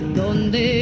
donde